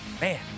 man